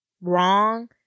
wrong